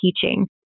teaching